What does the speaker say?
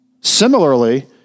Similarly